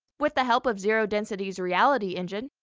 with the help of zero density's reality engine,